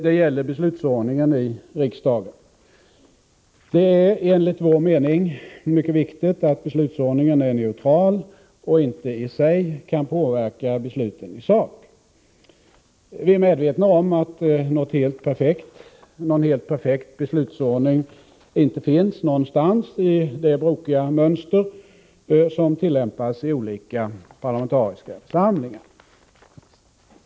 Det gäller beslutsordningen i riksdagen. Det är enligt vår mening mycket viktigt att beslutsordningen är neutral och inte i sig kan påverka besluten i sak. Vi är medvetna om att någon helt perfekt beslutsordning inte finns någonstans i det brokiga mönster som tillämpas i olika parlamentariska församlingar.